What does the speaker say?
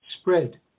spread